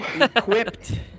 Equipped